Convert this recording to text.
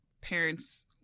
parents